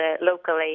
locally